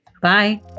Bye